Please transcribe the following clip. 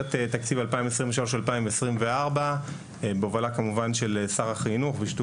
במסגרת תקציב 2023-2024 בהובלה כמובן של שר החינוך ובשיתוף